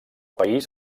país